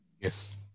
yes